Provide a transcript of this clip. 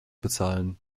bezahlen